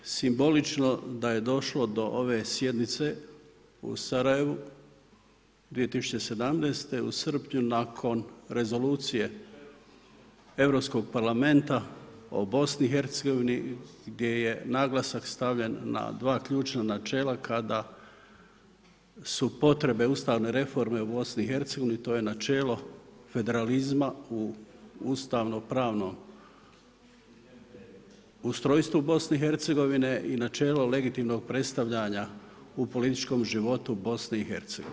Simbolično da je došlo do ove sjednice u Sarajevu 2017. u srpnju, nakon rezolucije europskog parlamenta o BIH gdje je naglasak stavljen na 2 ključna načela, kada su potrebne ustavne reforme BIH to je načelo federalizma u ustavno pravno ustrojstvu BIH i načelo legitimnog predstavljanja u političkom životu BIH.